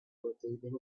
rotating